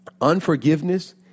Unforgiveness